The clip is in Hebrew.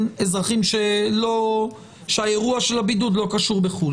אזרחים שהאירוע של הבידוד לא קשור בחו"ל.